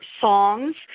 songs